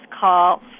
call